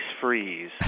Freeze